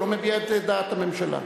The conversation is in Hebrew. הוא לא מביע את דעת הממשלה.